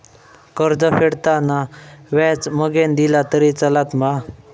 कर्ज फेडताना व्याज मगेन दिला तरी चलात मा?